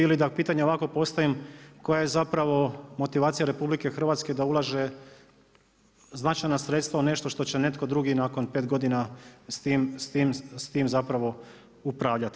Ili da pitanje ovako postavim, koja je zapravo motivacija RH da ulaže značajna sredstva u nešto što će netko drugi nakon 5 godina s time zapravo upravljati.